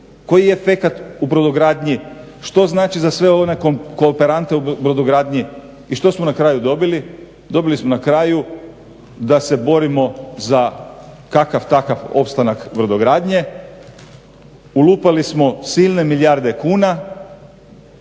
koji je efekat u brodogradnji, što znači za sve one kooperante u brodogradnji. I što smo na kraju dobili, dobili smo na kraju da se borimo za kakav-takav opstanak brodogradnje, ulupali smo silne milijarde kuna,